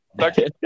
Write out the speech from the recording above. Okay